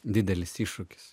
didelis iššūkis